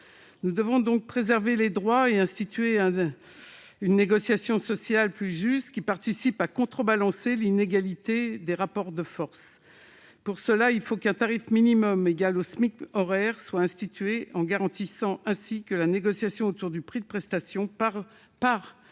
Nous devons préserver les droits et instituer une négociation sociale plus juste qui tende à contrebalancer l'inégalité des rapports de force. Pour ce faire, il faut qu'un tarif minimum égal au SMIC horaire soit institué, avec la garantie que la négociation autour du prix de prestation parte de ce tarif